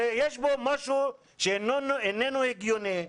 הרי יש פה משהו שאיננו הגיוני,